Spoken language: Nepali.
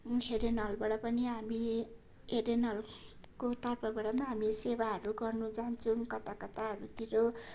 हेडेन हलबाट पनि हामी हेडेन हलको तर्फबाट पनि हामी सेवाहरू गर्नु जान्छौँ कता कताहरूतिर